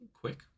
Quick